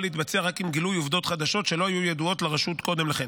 להתבצע רק עם גילוי עובדות חדשות שלא היו ידועות לרשות קודם לכן,